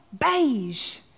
beige